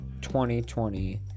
2020